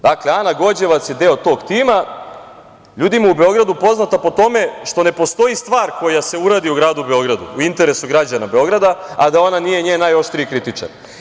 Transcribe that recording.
Dakle, Ana Gođevac je deo tog tima, ljudima u Beogradu poznata po tome što ne postoji stvar koja se uradi u gradu Beogradu u interesu građana Beograda, a da ona nije njen najoštriji kritičar.